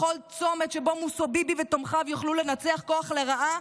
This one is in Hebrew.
בכל צומת שבו ביבי ותומכיו יכולים לנצל כוח לרעה,